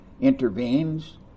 intervenes